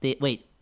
Wait